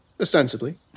ostensibly